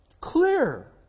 Clear